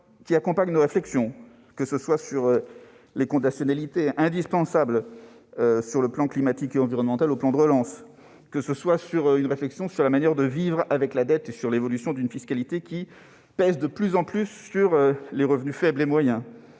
qui accompagne nos réflexions, que ce soit sur les conditionnalités indispensables en matière climatique et environnementale dans le plan de relance, sur la manière de vivre avec la dette, sur l'évolution d'une fiscalité qui pèse de plus en plus sur les revenus faibles et moyens,